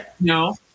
No